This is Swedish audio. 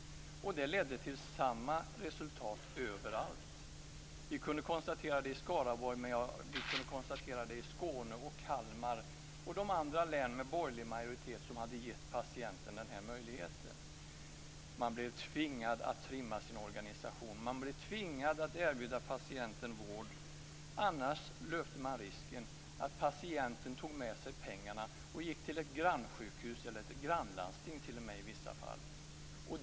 Detta ledde till samma resultat överallt. Vi kunde konstatera det i Skaraborg, i Skåne och i Kalmar och i de andra länen med borgerlig majoritet som hade gett patienten den här möjligheten. Man blev tvingad att trimma sin organisation. Man blev tvingad att erbjuda patienten vård - annars löpte man risken att patienten tog med sig pengarna och gick till ett grannsjukhus eller t.o.m. till ett grannlandsting.